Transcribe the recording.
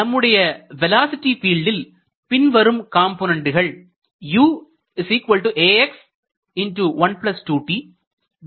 நம்முடைய வேலோஸிட்டி ஃபீல்டில் பின்வரும் காம்போனன்டுகள் அமைந்துள்ளன